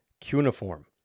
cuneiform